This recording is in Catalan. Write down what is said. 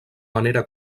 manera